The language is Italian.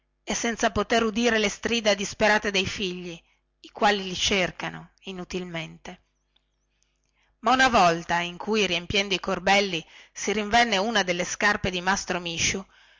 e senza poter udire le strida disperate dei figli i quali li cercano inutilmente ma una volta in cui riempiendo i corbelli si rinvenne una delle scarpe di mastro misciu